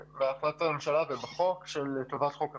בהחלטת הממשלה ובחוק לטובת חוק הפיקוח.